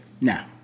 Now